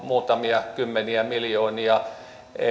muutamia kymmeniä miljoonia